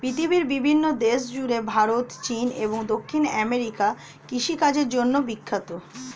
পৃথিবীর বিভিন্ন দেশ জুড়ে ভারত, চীন এবং দক্ষিণ আমেরিকা কৃষিকাজের জন্যে বিখ্যাত